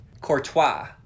Courtois